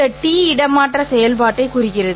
இந்த டி இடமாற்ற செயல்பாட்டைக் குறிக்கிறது